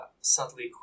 subtly